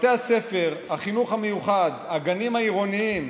בתי הספר, החינוך המיוחד, הגנים העירוניים,